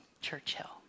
Churchill